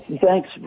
Thanks